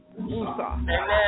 Amen